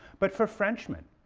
but for frenchmen.